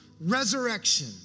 resurrection